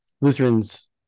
Lutherans